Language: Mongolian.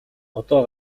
одоо